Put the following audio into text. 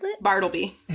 Bartleby